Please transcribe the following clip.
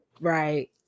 right